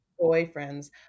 Boyfriends